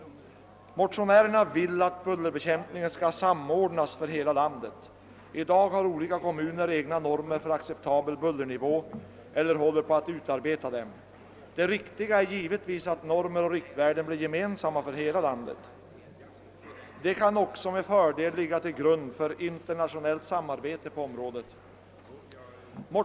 Motionärerna vill att bullerbekämpningen skall samordnas för hela landet. I dag har olika kommuner egna normer för acceptabel bullernivå eller håller på att utarbeta dem. Det riktiga är givetvis att normer och riktvärden blir gemensamma för hela landet. De kan också med fördel ligga till grund för internationellt samarbete på området.